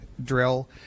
drill